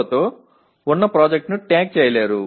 ஓ உடன் கூடிய பாடத்தை சேர்க்க முடியாது